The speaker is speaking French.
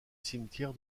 cimetière